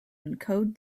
encode